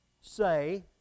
say